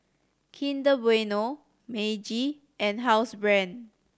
Kinder Bueno Meiji and Housebrand